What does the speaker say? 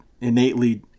innately